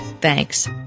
thanks